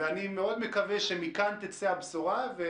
ואני מאוד מקווה שמכאן תצא הבשורה.